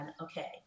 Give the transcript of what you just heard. okay